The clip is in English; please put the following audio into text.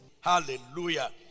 Hallelujah